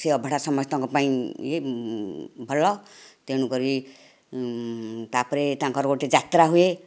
ସେ ଅବଢ଼ା ସମସ୍ତଙ୍କ ପାଇଁ ଇଏ ଭଲ ତେଣୁକରି ତା'ପରେ ତାଙ୍କର ଗୋଟିଏ ଯାତ୍ରା ହୁଏ